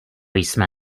jsme